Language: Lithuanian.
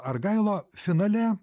argailo finale